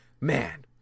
man